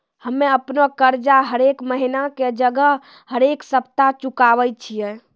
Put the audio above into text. हम्मे अपनो कर्जा हरेक महिना के जगह हरेक सप्ताह चुकाबै छियै